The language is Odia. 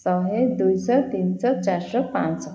ଶହେ ଦୁଇଶହ ତିନିଶହ ଚାରିଶହ ପାଞ୍ଚଶହ